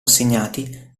assegnati